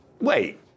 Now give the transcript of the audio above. Wait